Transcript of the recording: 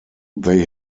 they